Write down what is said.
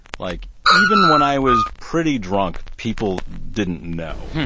like, even when i was pretty drunk, people didn't know.